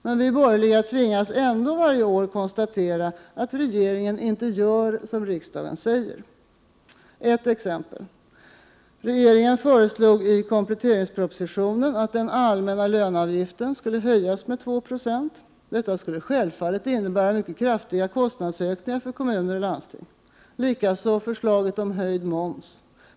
Men vi borgerliga tvingas ändå varje år konstatera att regeringen inte gör som riksdagen säger. Jag skall nämna ett exempel. Regeringens förslag i kompletteringspropositionen, nämligen att den allmänna löneavgiften skall höjas med 2 96, skulle självfallet innebära mycket kraftiga kostnadsökningar för kommuner och landsting, likaså förslaget om en höjning av momsen.